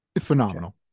phenomenal